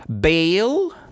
bail